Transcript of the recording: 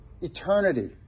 eternity